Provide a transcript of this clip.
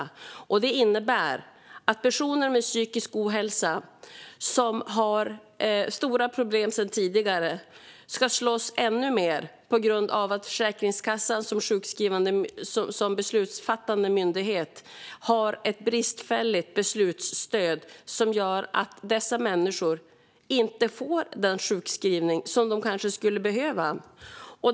Det innebär att personer med psykisk ohälsa som har stora problem sedan tidigare måste slåss ännu mer på grund av att Försäkringskassan som beslutsfattande myndighet har ett bristfälligt beslutsstöd som gör att dessa människor inte får den sjukskrivning som de kanske skulle behöva.